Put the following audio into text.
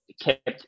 kept